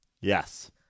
Yes